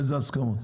איזה הסכמות?